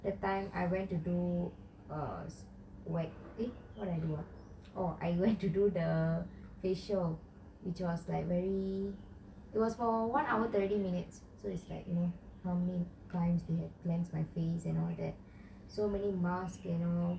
that time I went to do ah wait eh what did I do ah oh I went to do the facial which was like very it was for one hour thirty minutes so is like how many times they have cleansed my face and all that so many masks and you know